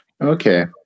Okay